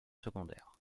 secondaire